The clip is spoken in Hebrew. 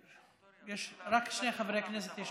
רק לשני חברי כנסת יש